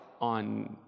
on